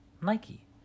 Nike